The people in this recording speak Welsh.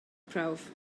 prawf